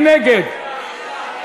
מי נגד?